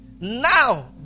now